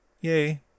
Yay